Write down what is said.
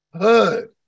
Hood